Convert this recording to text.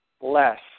less